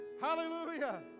hallelujah